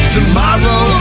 Tomorrow